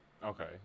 okay